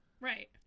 right